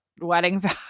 Weddings